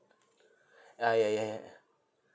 ah ya ya ya ya